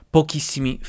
pochissimi